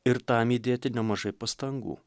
ir tam įdėti nemažai pastangų